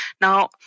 Now